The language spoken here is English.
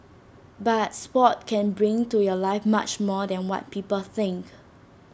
but Sport can bring to your life much more than what people think